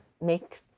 make